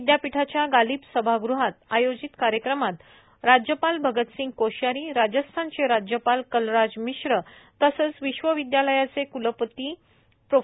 विद्यापीठाच्या गालिब सभागृहात आयोजित कार्यक्रमात राज्यपाल भगत सिंह कोश्यारी राजस्थानचे राज्यपाल माननीय कलराज मिश्र तसेच विश्वविद्यालयाचे क्लाधिपति प्रो